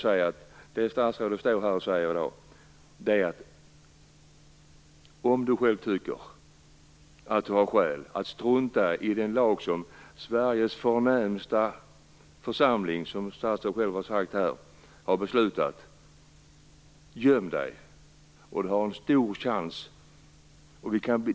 Det statsrådet står här och säger i dag är: Om du själv tycker att du har skäl att strunta i den lag som Sveriges förnämsta församling, som statsrådet själv har sagt här, har beslutat; göm dig, och du har en stor chans att få stanna.